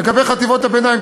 לגבי חטיבות הביניים.